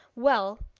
well,